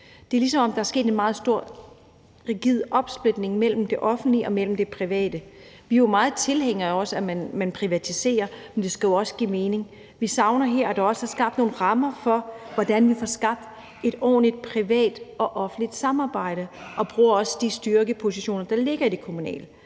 Det er, som om der er sket en meget rigid opsplitning mellem det offentlige og det private. Vi er meget tilhængere af, at man privatiserer, men det skal jo også give mening. Vi savner her, at der også er nogle rammer for, hvordan vi får skabt et ordentligt privat og offentligt samarbejde, der også bruger de styrkepositioner, der ligger i det kommunale.